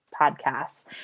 podcasts